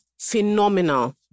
phenomenal